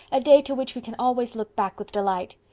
a day to which we can always look back with delight.